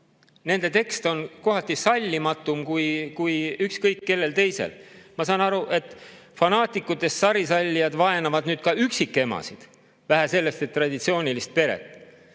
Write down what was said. nende tekst on kohati sallimatum kui ükskõik kellel teisel. Ma saan aru, et fanaatikutest sarisallijad vaenavad ka üksikemasid, vähe sellest, et traditsioonilist peret.